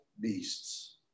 beasts